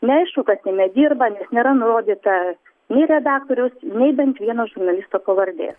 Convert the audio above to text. neaišku kas jame dirba nes nėra nurodyta nei redaktoriaus nei bent vieno žurnalisto pavardė